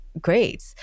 great